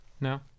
No